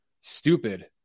stupid